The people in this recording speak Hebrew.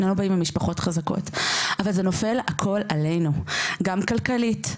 שנינו באים ממשפחות חזקות אבל זה נופל הכול עלינו גם כלכלית,